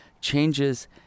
changes